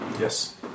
Yes